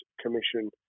Commission